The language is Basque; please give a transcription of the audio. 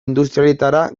industrialetara